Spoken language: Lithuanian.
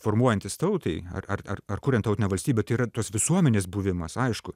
formuojantis tautai ar ar ar ar kuriant tautinę valstybę tai yra tos visuomenės buvimas aišku